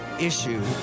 issue